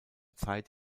zeit